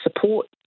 support